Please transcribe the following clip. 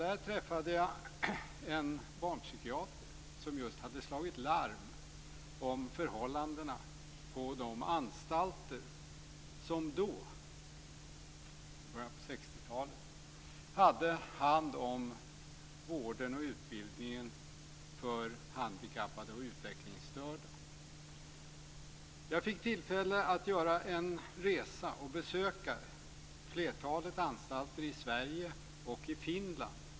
Där träffade jag en barnpsykiater som just hade slagit larm om förhållandena på de anstalter som då, i början av 60-talet, hade hand om vården och utbildningen av handikappade och utvecklingsstörda. Jag fick tillfälle att göra en resa och besöka flertalet anstalter i Sverige och i Finland.